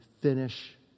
finish